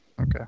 Okay